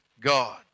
God